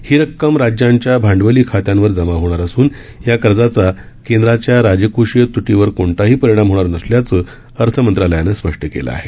ही रक्कम राज्यांच्या भांडवली खात्यांवर जमा होणार असून या कर्जाचा केंद्राच्या राजकोषीय तुटीवर कोणताही परिणाम होणार नसल्याचं अर्थ मंत्रालयानं स्पष्ट केलं आहे